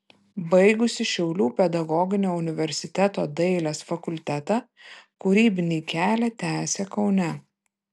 baigusi šiaulių pedagoginio universiteto dailės fakultetą kūrybinį kelią tęsė kaune